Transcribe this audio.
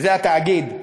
וזה התאגיד,